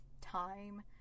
time